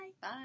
Bye